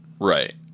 Right